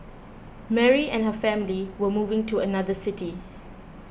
Mary and her family were moving to another city